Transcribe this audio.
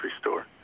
store